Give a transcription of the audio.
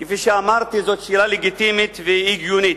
כפי שאמרתי, זאת שאלה לגיטימית והגיונית.